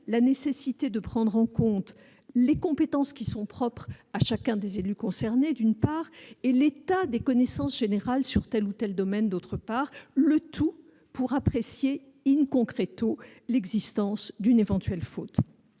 la nécessité de prendre en compte les compétences propres à chacun des élus concernés, d'une part, et l'état des connaissances générales sur tel ou tel domaine, d'autre part, le tout pour apprécier l'existence d'une éventuelle faute.